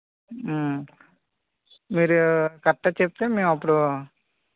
మీరు కరెక్ట్గా చెప్తే మేము అప్పుడు